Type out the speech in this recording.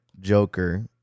Joker